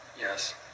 Yes